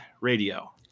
Radio